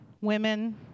women